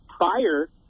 prior